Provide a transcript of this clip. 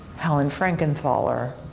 helen frankenthaler,